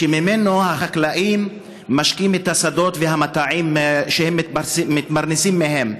שממנו החקלאים משקים את השדות והמטעים שהם מתפרנסים מהם,